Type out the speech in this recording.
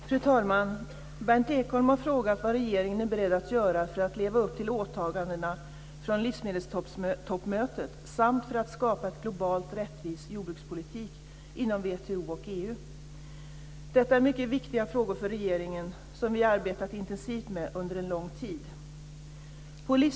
Fru talman! Berndt Ekholm har frågat vad regeringen är beredd att göra för att leva upp till åtagandena från livsmedelstoppmötet samt för att skapa en globalt rättvis jordbrukspolitik inom WTO och EU. Detta är mycket viktiga frågor för regeringen, som vi har arbetat intensivt med under en lång tid.